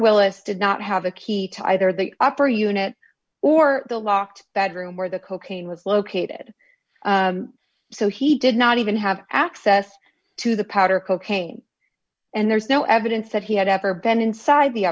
willis did not have a key to either the opera unit or the locked bedroom where the cocaine was located so he did not even have access to the powder cocaine and there's no evidence that he had ever been inside the